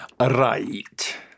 Right